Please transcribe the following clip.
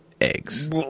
eggs